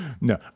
no